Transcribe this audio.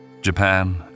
Japan